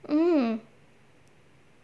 mm